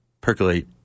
percolate